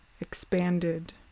expanded